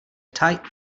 tight